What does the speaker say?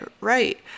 Right